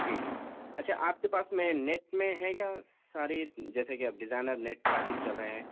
جی جی اچھا آپ کے پاس میں نیٹ میں ہیں کیا ساریز جیسے کہ اب ڈیزائنر نیٹ ساریز چل رہے ہیں